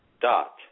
dot